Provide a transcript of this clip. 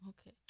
Okay